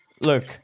Look